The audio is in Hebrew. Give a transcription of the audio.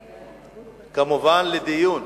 כמובן, לדיון.